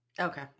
Okay